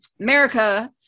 America